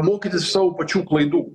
mokytis iš savo pačių klaidų